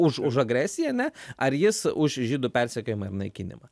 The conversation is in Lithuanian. už už agresiją ne ar jis už žydų persekiojimą ir naikinimą